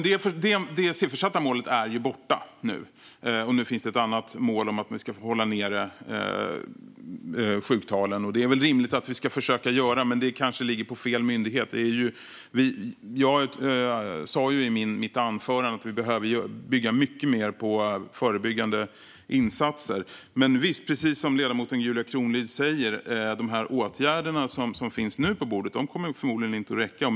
Det siffersatta målet är borta nu, och nu finns det ett annat mål om att man ska hålla nere sjuktalen. Det är väl rimligt att vi ska försöka att göra det, men det kanske ligger på fel myndighet. Jag sa i mitt anförande att vi behöver bygga mycket mer på förebyggande insatser. Ekonomisk trygghet vid sjukdom och funk-tionsnedsättning Men visst, precis som ledamoten Julia Kronlid säger kommer de åtgärder som nu finns på bordet förmodligen inte att räcka.